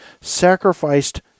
sacrificed